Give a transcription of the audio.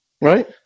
Right